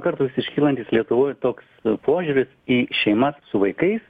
kartais iškylantis lietuvoj toks požiūris į šeimas su vaikais